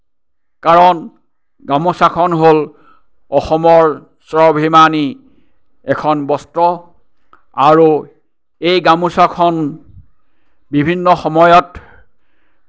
কাৰণ গামোচাখন হ'ল অসমৰ স্বাভিমানী এখন বস্ত্ৰ আৰু এই গামোচাখন বিভিন্ন সময়ত